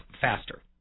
faster